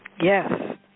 Yes